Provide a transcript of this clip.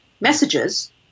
messages